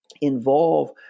involve